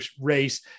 race